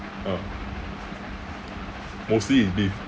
ah mostly is beef